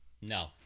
No